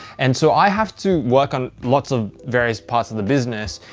and so i have to work on lots of various parts of the business.